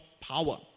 power